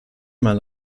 immer